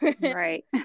right